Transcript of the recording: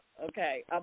Okay